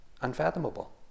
unfathomable